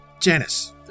janice